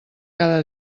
cada